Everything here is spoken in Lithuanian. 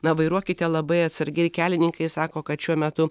na vairuokite labai atsargiai kelininkai sako kad šiuo metu